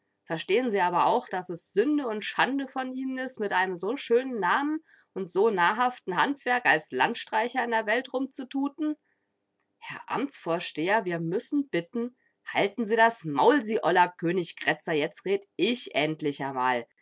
verstehen sie aber auch daß es sünde und schande von ihnen is mit einem so schönen namen und so nahrhaften handwerk als landstreicher in der welt rumzututen herr amtsvorsteher wir müssen bitten halten sie das maul sie oller königgrätzer jetz red ich endlich amal